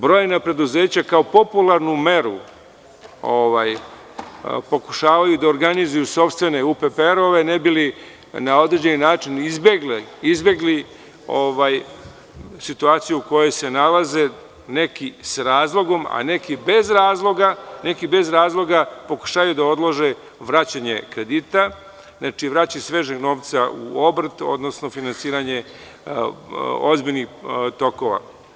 Brojna preduzeća kao popularnu meru pokušavaju da organizuju sopstvene UPPR ne bi li na određeni način izbegli situaciju u kojoj se nalaze, neki s razlogom, a neki bez razloga pokušavaju da odlože vraćanje kredita, vraćanje svežeg novca u obrt, odnosno finansiranje ozbiljnih tokova.